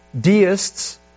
deists